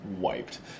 Wiped